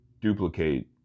duplicate